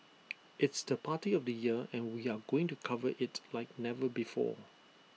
it's the party of the year and we are going to cover IT like never before